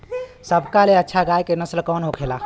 सबका ले अच्छा गाय के नस्ल कवन होखेला?